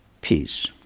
Peace